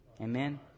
Amen